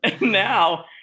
Now